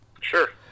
Sure